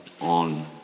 on